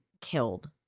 killed